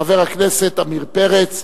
אחריו, חבר הכנסת עמיר פרץ,